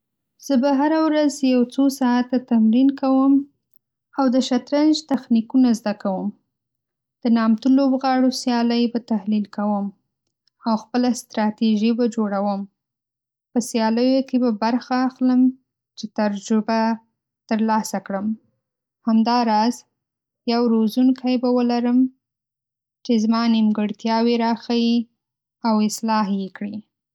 زه به هره ورځ څو ساعته تمرین کوم، او د شطرنج تخنیکونه زده کوم. د نامتو لوبغاړو سیالۍ به تحلیل کوم، او خپله ستراتیژي به جوړوم. په سیالیو کې به برخه اخلم چې تجربه ترلاسه کړم. همداراز، یو روزونکی به ولرم چې زما نیمګړتیاوې راښیي او اصلاح یې کړي